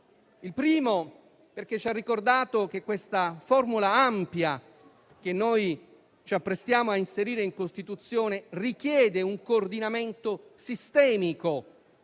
il primo, perché ci ha ricordato che la formula ampia che ci apprestiamo a inserire in Costituzione richiede un coordinamento sistemico